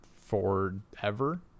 forever